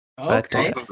Okay